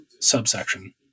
subsection